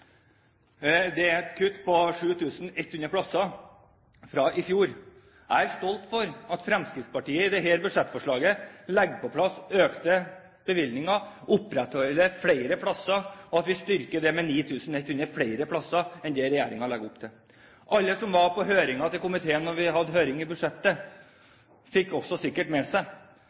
Det er et kutt på 7 100 plasser fra i fjor. Jeg er stolt av at Fremskrittspartiet i dette budsjettforslaget legger på plass økte bevilgninger, opprettholder flere plasser, og at vi styrker det med 9 100 flere plasser enn det regjeringen legger opp til. Alle som var på høringen til komiteen da vi hadde høring om budsjettet, fikk sikkert med seg